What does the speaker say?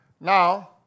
now